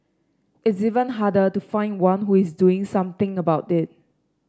it's even harder to find one who is doing something about it